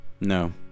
No